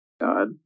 God